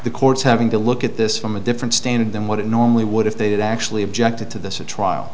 the court's having to look at this from a different standard than what it normally would if they did actually objected to this a trial